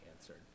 answered